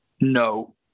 No